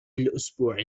الأسبوع